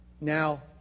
now